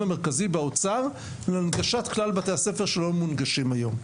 המרכזי באוצר להנגשת כלל בתי הספר שלא מונגשים היום.